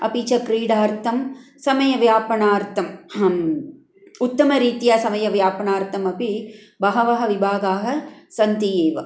अपि च क्रीडार्थं समयव्यापनार्थं उत्तमरीत्या समायव्यापनार्थमपि बहवः विभागाः सन्ति एव